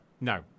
No